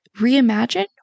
reimagine